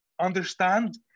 understand